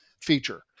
feature